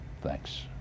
Thanks